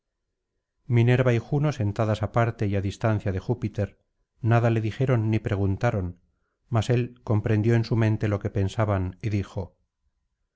minerva y juno sentadas aparte y á distancia de júpiter nada le dijeron ni preguntaron mas él comprendió en su mente lo que pensaban y dijo